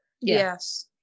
yes